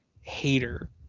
Hater